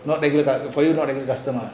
for you not any customer